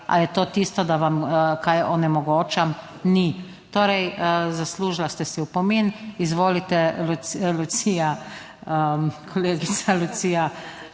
A je to tisto, da vam kaj onemogočam? Ni. Torej zaslužila ste si opomin. Izvolite, Lucija, kolegica Lucija